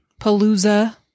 Palooza